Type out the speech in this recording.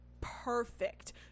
perfect